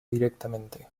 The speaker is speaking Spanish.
directamente